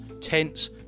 tents